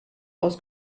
aus